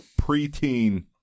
preteen